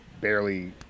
barely